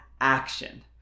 action